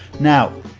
now,